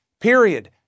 period